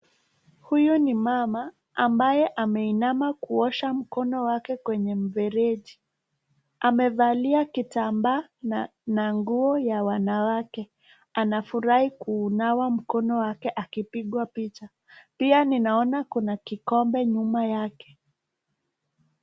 Huyu ni mama ambaye ameinama kuosha mkono wake kwenye mfereji, amevalia kitambaa na nguo ya wanawake, anafurahi kunawa mkono wake akipigwa picha, pia ninaona kuna kikombe nyuma yake.